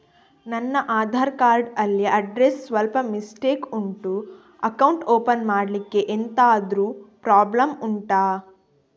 ನನ್ನ ಆಧಾರ್ ಕಾರ್ಡ್ ಅಲ್ಲಿ ಅಡ್ರೆಸ್ ಸ್ವಲ್ಪ ಮಿಸ್ಟೇಕ್ ಉಂಟು ಅಕೌಂಟ್ ಓಪನ್ ಮಾಡ್ಲಿಕ್ಕೆ ಎಂತಾದ್ರು ಪ್ರಾಬ್ಲಮ್ ಉಂಟಾ